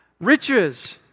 Riches